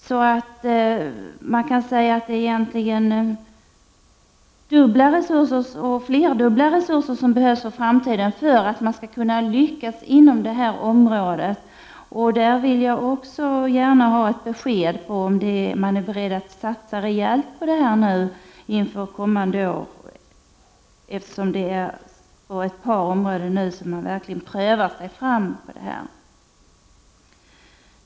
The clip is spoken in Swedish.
Det är egentligen flerdubbla resurser som behövs för att man i framtiden skall kunna lyckas inom detta område. Jag vill gärna ha ett besked om man är beredd att satsa rejält på detta inför kommande år, eftersom man nu prövar sig fram på ett par områden.